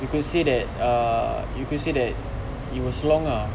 you could say that uh you could say that it was long ah